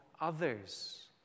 others